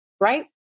right